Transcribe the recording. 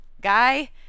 guy